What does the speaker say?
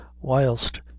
whilst